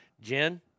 Jen